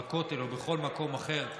בכותל או בכל מקום אחר,